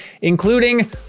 including